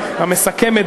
המסכמת,